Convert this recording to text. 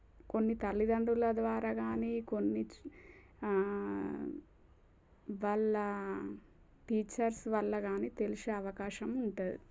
కొన్ని తల్లిదండ్రుల ద్వారా కానీ కొన్ని వాళ్ళ టీచర్స్ వల్ల కానీ తెలిసే అవకాశం ఉంటుంది